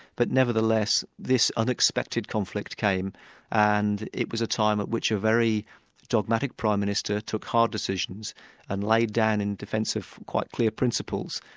but nevertheless this unexpected conflict came and it was a time at which a very dogmatic prime minister took hard decisions and laid down in defence of quite clear principles,